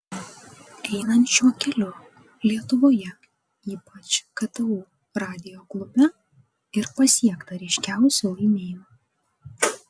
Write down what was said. einant šiuo keliu lietuvoje ypač ktu radijo klube ir pasiekta ryškiausių laimėjimų